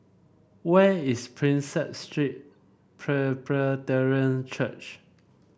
where is Prinsep Street Presbyterian Church